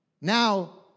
now